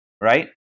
Right